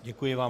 Děkuji vám.